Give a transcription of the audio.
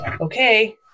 okay